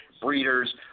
breeders